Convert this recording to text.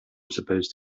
supposed